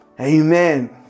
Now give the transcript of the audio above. Amen